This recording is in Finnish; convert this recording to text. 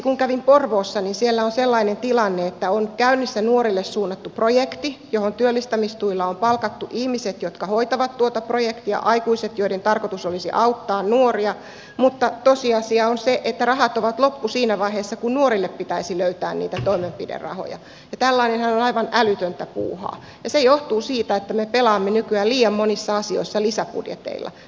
kun esimerkiksi kävin porvoossa niin siellä on sellainen tilanne että on käynnissä nuorille suunnattu projekti johon työllistämistuilla on palkattu ihmiset jotka hoitavat tuota projektia aikuiset joiden tarkoitus olisi auttaa nuoria mutta tosiasia on se että rahat ovat loppu siinä vaiheessa kun nuorille pitäisi löytää toimenpiderahoja ja tällainenhan on aivan älytöntä puuhaa ja se johtuu siitä että me pelaamme nykyään liian monissa asioissa lisäbudjeteilla